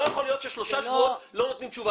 לא יכול להיות ששלושה שבועות לא נותנים תשובה.